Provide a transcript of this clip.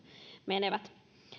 menevät